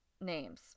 names